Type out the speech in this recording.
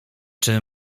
czy